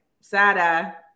Sada